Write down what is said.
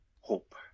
hope